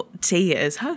tears